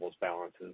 balances